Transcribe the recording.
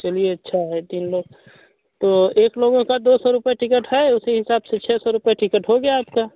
चलिए अच्छा है तीन लोग तो एक लोगों का दो सौ रुपये टिकट है उसी हिसाब से छः सौ रुपये टिकट हो गया आपका